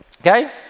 Okay